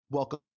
Welcome